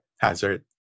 hazard